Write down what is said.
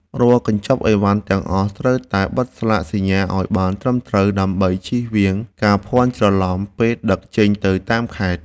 រាល់កញ្ចប់អីវ៉ាន់ទាំងអស់ត្រូវតែបិទស្លាកសញ្ញាឱ្យបានត្រឹមត្រូវ ដើម្បីជៀសវាងការភាន់ច្រឡំពេលដឹកចេញទៅតាមខេត្ត។